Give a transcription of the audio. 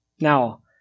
Now